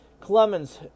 Clemens